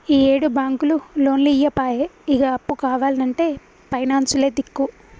ఈయేడు బాంకులు లోన్లియ్యపాయె, ఇగ అప్పు కావాల్నంటే పైనాన్సులే దిక్కు